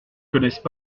connaissent